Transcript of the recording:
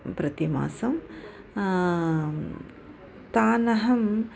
प्रतिमासं तानहं